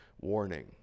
warning